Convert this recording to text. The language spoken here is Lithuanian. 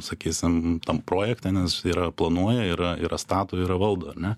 sakysim tam projekte nes yra planuoja yra yra stato yra valdo ar ne